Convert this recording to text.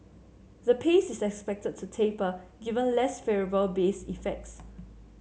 the pace is expected to taper given less favourable base effects